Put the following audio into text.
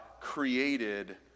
created